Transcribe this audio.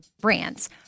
brands